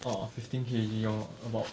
ah fifteen K_G lor about